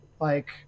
like-